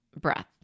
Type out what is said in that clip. breath